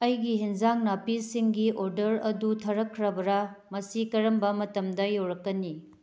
ꯑꯩꯒꯤ ꯌꯦꯟꯁꯥꯡ ꯅꯥꯄꯤꯁꯤꯡꯒꯤ ꯑꯣꯗꯔ ꯑꯗꯨ ꯊꯥꯔꯛꯈ꯭ꯔꯕꯔ ꯃꯁꯤ ꯀꯔꯝꯕ ꯃꯇꯝꯗ ꯌꯧꯔꯛꯀꯅꯤ